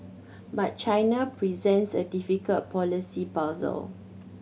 but China presents a difficult policy puzzle